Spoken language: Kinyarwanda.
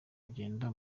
ugenda